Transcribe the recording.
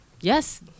Yes